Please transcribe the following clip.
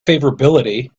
favorability